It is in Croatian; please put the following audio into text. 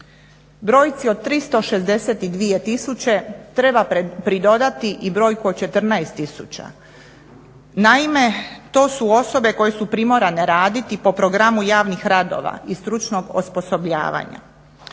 Brojci od 362 tisuće treba pridodati i brojku od 14 tisuća. Naime, to su osobe koje su primorane raditi po programu javnih radova i stručnog osposobljavanja